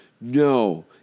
No